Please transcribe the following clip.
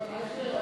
לא עושים את זה,